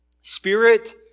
Spirit